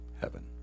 heaven